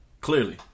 Clearly